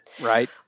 right